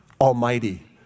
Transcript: Almighty